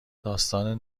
داستان